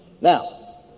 Now